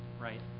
right